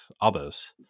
others